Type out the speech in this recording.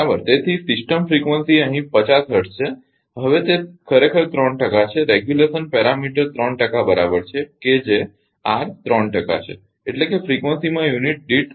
તેથી system frequency અહીં 50 hertz છે હવે તે ખરેખર 3 ટકા છે કે રેગ્યુલેશન પેરામીટર 3 ટકા બરાબર છે કે જે આર 3 ટકા છે એટલે કે ફ્રીક્વન્સીમાં યુનિટ દીઠ 0